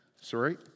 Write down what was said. Sorry